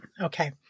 Okay